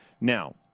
Now